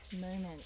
moment